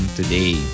today